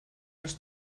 los